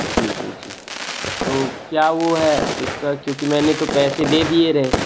जी जी जी तो क्यो वो है इसका क्योंकि मैंने तो पैसे दे दिए रहे